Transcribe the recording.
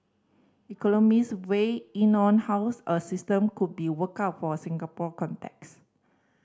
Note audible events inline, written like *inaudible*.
economist weighed in on how *unintelligible* a system could be worked out for the Singapore context